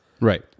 Right